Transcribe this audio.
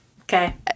Okay